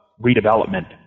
redevelopment